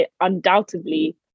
undoubtedly